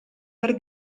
per